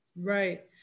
right